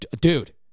dude